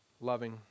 loving